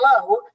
low